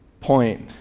point